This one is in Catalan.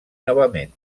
novament